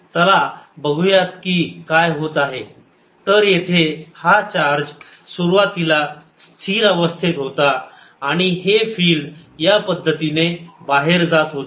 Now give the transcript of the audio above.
चला बघू यात काय होते तर येथे हा चार्ज सुरुवातीला स्थिर अवस्थेत होता आणि हे फिल्ड या पद्धतीने बाहेर जात होते